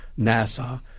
NASA